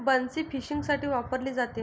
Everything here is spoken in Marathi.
बन्सी फिशिंगसाठी वापरली जाते